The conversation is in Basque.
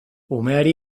umeari